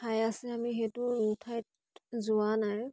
ঠাই আছে আমি সেইটো ৰুঠ ঠাইত যোৱা নাই